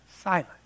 silent